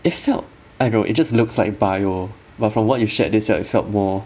it felt I know it just looks like bio but from what you shared this year it felt more